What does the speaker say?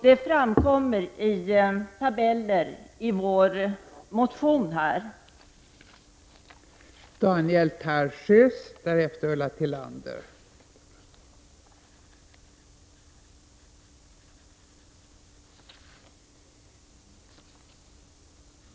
Detta framkommer i en tabell i vår motion i ärendet.